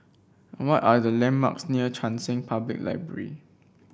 what are the Landmarks near Cheng San Public Library